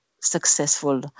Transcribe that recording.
successful